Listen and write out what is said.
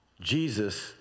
Jesus